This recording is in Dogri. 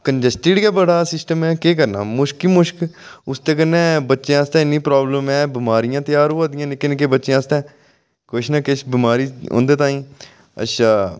कंजैस्टड़ गै बड़ा ऐ केह् करना मुश्क गै मुश्क उसदे कन्नै बच्चें आस्तै इन्नी प्राब्लमां ऐ बमारियां त्यार होआ दियां निक्के निक्के बच्चें आस्तै किश नां किश बमारी उं'दे ताईं अच्छा